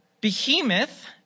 behemoth